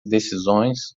decisões